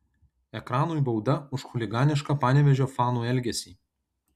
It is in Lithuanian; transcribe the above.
ekranui bauda už chuliganišką panevėžio fanų elgesį